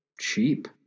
cheap